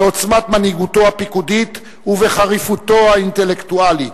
בעוצמת מנהיגותו הפיקודית ובחריפותו האינטלקטואלית",